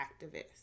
activist